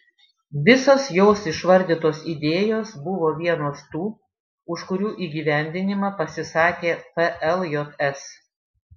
visos jos išvardytos idėjos buvo vienos tų už kurių įgyvendinimą pasisakė pljs